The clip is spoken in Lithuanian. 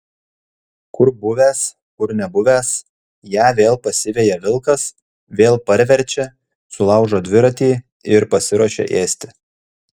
kur buvęs kur nebuvęs ją vėl pasiveja vilkas vėl parverčia sulaužo dviratį ir pasiruošia ėsti